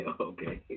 Okay